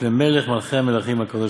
לפני מלך מלכי המלכים הקדוש-ברוך-הוא.